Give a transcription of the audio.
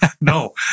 No